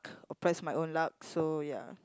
or press my own luck so ya